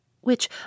which